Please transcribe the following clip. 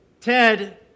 Ted